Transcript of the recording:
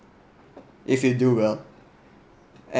if you do well and